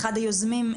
אחד היוזמים.